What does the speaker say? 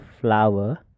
flower